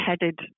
headed